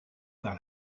par